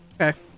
Okay